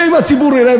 ואם הציבור יראה,